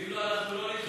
ואם לא, אנחנו לא,